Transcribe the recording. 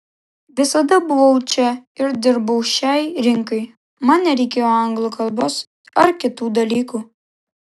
visada buvau čia ir dirbau šiai rinkai man nereikėjo anglų kalbos ar kitų dalykų